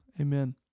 Amen